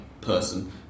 person